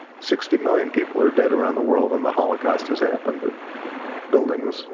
sixty million people are dead around the world and the holocaust has happened and buildings,